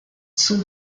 son